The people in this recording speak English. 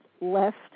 left